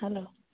hello